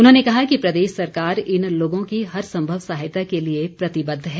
उन्होंने कहा कि प्रदेश सरकार इन लोगों की हर संभव सहायता के लिए प्रतिबद्ध है